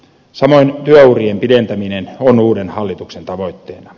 samoin työurien pidentäminen on uuden hallituksen tavoitteena